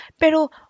pero